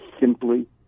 simply